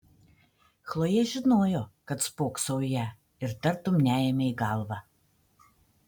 chlojė žinojo kad spoksau į ją ir tartum neėmė į galvą